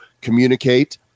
communicate